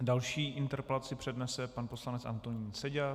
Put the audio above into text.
Další interpelaci přednese pan poslanec Antonín Seďa.